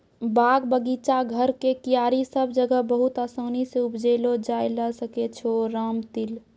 बाग, बगीचा, घर के क्यारी सब जगह बहुत आसानी सॅ उपजैलो जाय ल सकै छो रामतिल